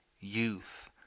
youth